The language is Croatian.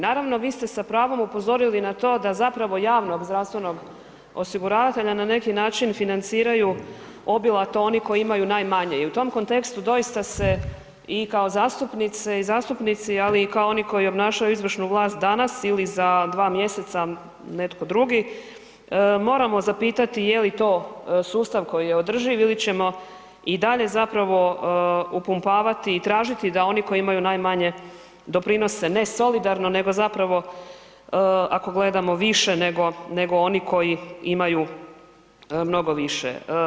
Naravno, vi ste sa pravom upozorili na to da zapravo javnog zdravstvenog osiguravatelja na neki način financiraju obilato oni koji imaju najmanje i u tom kontekstu doista se i kao zastupnice i zastupnici, ali i kao oni koji obnašaju izvršnu vlast danas ili za dva mjeseca netko drugi, moramo zapitati je li to sustav koji je održiv ili ćemo i dalje zapravo upumpavati i tražiti da oni koji imaju najmanje doprinose ne solidarno nego zapravo ako gledamo više nego, nego oni koji imaju mnogo više.